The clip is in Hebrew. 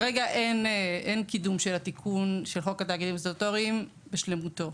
כרגע אין קידום של התיקון לחוק התאגידים הסטטוטוריים בשלמותו.